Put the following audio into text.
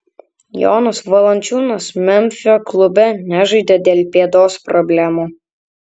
jonas valančiūnas memfio klube nežaidė dėl pėdos problemų